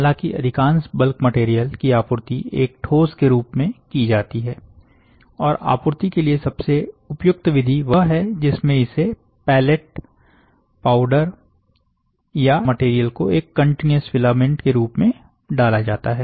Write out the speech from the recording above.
हालांकि अधिकांश bulk material की आपूर्ति एक ठोस के रूप में की जाती है और आपूर्ति के लिए सबसे उपयुक्त विधि वह है जिसमे इसे पैलेट पाउडर या जहां मटेरियल को एक कंटीन्यूअस फिलामेंट के रूप में डाला जाता है